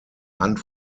hand